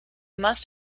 must